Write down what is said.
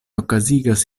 okazigas